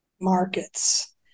markets